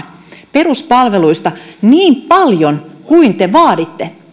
peruspalveluista niin paljon kuin te vaaditte